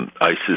ISIS